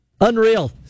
Unreal